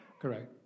Correct